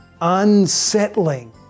unsettling